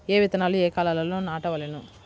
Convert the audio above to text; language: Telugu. ఏ విత్తనాలు ఏ కాలాలలో నాటవలెను?